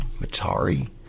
matari